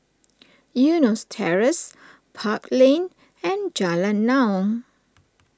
Eunos Terrace Park Lane and Jalan Naung